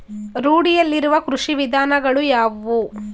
ರೂಢಿಯಲ್ಲಿರುವ ಕೃಷಿ ವಿಧಾನಗಳು ಯಾವುವು?